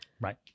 right